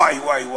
וואי,